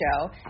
show